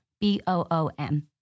B-O-O-M